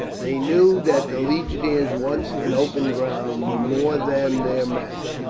they knew that the legionaries once in open ground were more than their match,